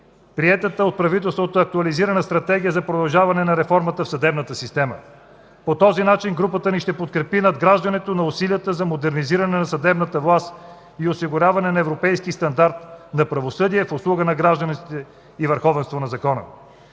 приетата от правителството актуализирана Стратегия за продължаване на реформата в съдебната система. По този начин групата ни ще подкрепи надграждането на усилията за модернизиране на съдебната власт и осигуряване на европейски стандарт на правосъдие в услуга на гражданите и върховенство на закона.